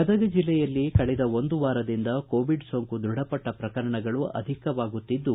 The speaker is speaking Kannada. ಗದಗ ಜೆಲ್ಲೆಯಲ್ಲಿ ಕಳೆದ ಒಂದು ವಾರದಿಂದ ಕೋವಿಡ್ ಸೋಂಕು ದೃಢಪಟ್ಟ ಪ್ರಕರಣಗಳು ಅಧಿಕವಾಗುತ್ತಿದ್ದು